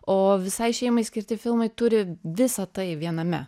o visai šeimai skirti filmai turi visa tai viename